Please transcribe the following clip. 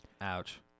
Ouch